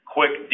quick